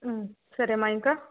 సరేమా ఇంకా